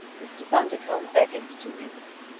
mr. bundercombe beckoned to him.